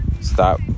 Stop